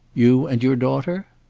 you and your daughter?